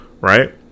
Right